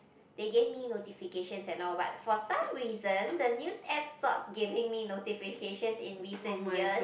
they give me notifications and all but for some reason the news apps stop giving me notification in recent years